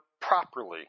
properly